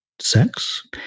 sex